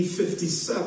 57